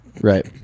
right